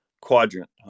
quadrant